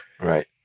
Right